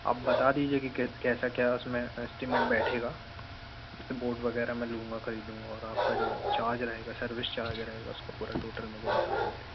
अब बता दीजिए कि कैसे क्या उस में एस्टिमेट बैठेगा जैसे बोर्ड वगैरह मैं लूँगा खरीदूँगा और आपका जो चार्ज रहेगा सर्विस चार्ज रहेगा उसका पूरा टोटल मुझे बता दीजिए